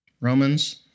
Romans